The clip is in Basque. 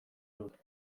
dut